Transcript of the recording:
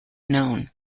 known